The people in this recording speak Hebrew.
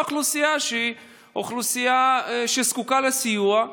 אוכלוסייה שהיא אוכלוסייה שזקוקה לסיוע,